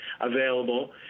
available